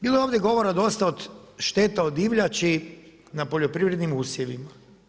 Bilo je ovdje govora dosta o šteta od divljači na poljoprivrednim usjevima.